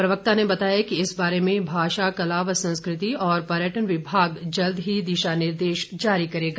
प्रवक्ता ने बताया कि इस बारे में भाषा कला व संस्कृति और पर्यटन विभाग जल्द ही दिशा निर्देश जारी करेगा